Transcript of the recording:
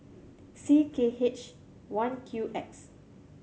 C K H one Q X